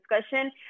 discussion